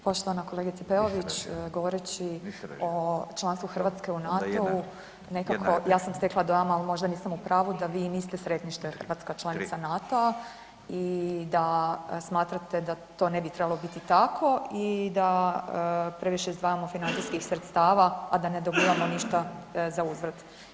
Poštovana kolegice Peović, govoreći o članstvu Hrvatske u NATO-u nekako ja sam stekla dojam, al možda nisam u pravu, da vi niste sretni što je Hrvatska članica NATO-a i da smatrate da to ne bi trebalo biti tako i da previše izdvajamo financijskih sredstava, a da ne dobivamo ništa zauzvrat.